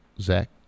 Zach